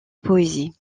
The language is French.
poésies